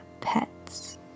pets